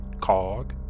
Cog